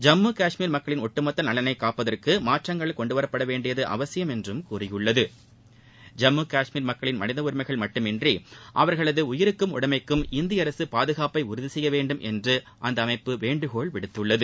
ஜம்மு கஷ்மீர் மக்களின் ஒட்டுமொத்த நலனை காப்பதற்கு மாற்றங்கள் கொண்டு வரப்படவேண்டியது அவசியம் என்றும் கூறியுள்ளது ஜம்மு கஷ்மீர் மக்களின் மனிதஉரிமைகள் மட்டுமின்றி அவர்களது உயிருக்கும் உடமைக்கும் இந்திய அரசு பாதுகாப்பை உறுதி செய்யவேண்டும் என்று அந்த அமைப்பு வேண்டுகோள் விடுத்துள்ளது